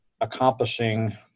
accomplishing